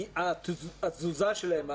התזוזה שלהם,